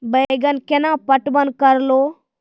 बैंगन केना पटवन करऽ लो?